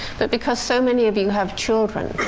but because so many of you have children.